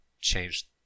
change